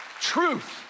Truth